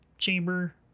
chamber